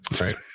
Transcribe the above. right